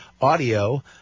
audio